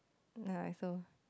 ya so